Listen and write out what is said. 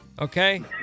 okay